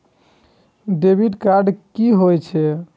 Debit card की होय छेय?